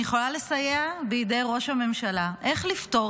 אני יכולה לסייע בידי ראש הממשלה איך לפתור